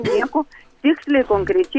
nieko tiksliai konkrečiai